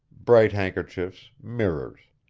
bright handkerchiefs, mirrors.